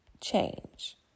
change